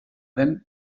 den